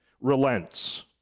relents